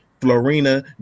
Florina